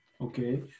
Okay